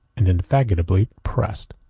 and indefatigably pressed,